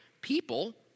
people